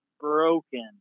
broken